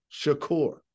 Shakur